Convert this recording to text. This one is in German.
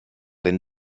den